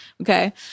okay